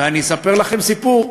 ואספר לכם סיפור: